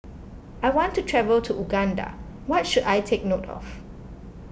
I want to travel to Uganda what should I take note of